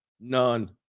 None